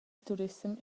turissem